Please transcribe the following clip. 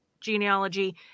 genealogy